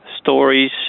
stories